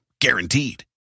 Guaranteed